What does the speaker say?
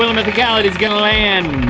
mythicality's gonna land.